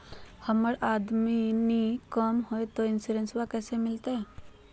हमर आमदनी कम हय, तो इंसोरेंसबा कैसे मिलते?